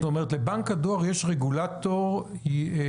זאת אומרת, לבנק הדואר יש רגולטור ייחודי.